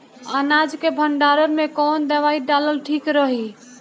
अनाज के भंडारन मैं कवन दवाई डालल ठीक रही?